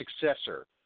successor